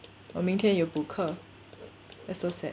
我明天有补课 that's so sad